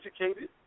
educated